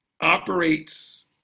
operates